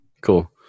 Cool